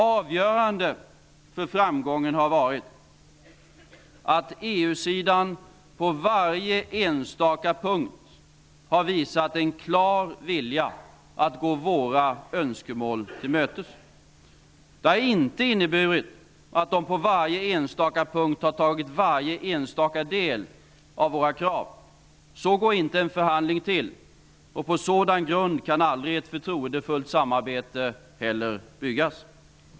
Avgörande för framgången har varit att EU-sidan på varje enstaka punkt har visat en klar vilja att gå våra önskemål till mötes. Det har inte inneburit att de på varje enstaka punkt har tagit varje enstaka del av våra krav. Så går inte en förhandling till, och på sådan grund kan aldrig ett förtroendefullt samarbete heller byggas.